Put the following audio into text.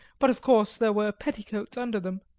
but of course there were petticoats under them.